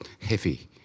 heavy